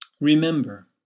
Remember